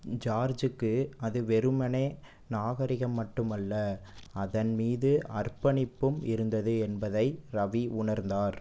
ஜார்ஜுக்கு அது வெறுமனே நாகரிகம் மட்டுமல்ல அதன் மீது அர்ப்பணிப்பும் இருந்தது என்பதை ரவி உணர்ந்தார்